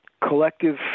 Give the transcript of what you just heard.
collective